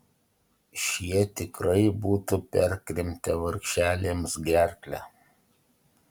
šie tikrai būtų perkrimtę vargšelėms gerklę